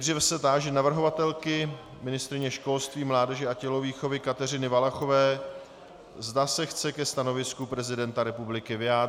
Nejdříve se táži navrhovatelky ministryně školství, mládeže a tělovýchovy Kateřiny Valachové, zda se chce ke stanovisku prezidenta republiky vyjádřit.